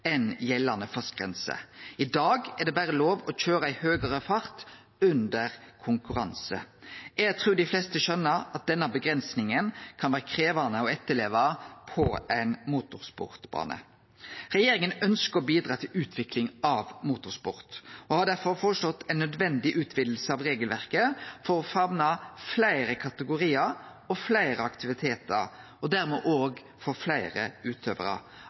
gjeldande fartsgrenser. I dag er det berre lov til å køyre i høgare fart under konkurranse. Eg trur dei fleste skjøner at denne avgrensinga kan vere krevjande å etterleve på ein motorsportbane. Regjeringa ønskjer å bidra til utvikling av motorsport og har derfor føreslått ei nødvendig utviding av regelverket for å famne fleire kategoriar og fleire aktivitetar, og dermed òg få fleire utøvarar